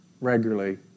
regularly